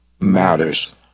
matters